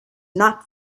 not